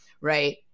Right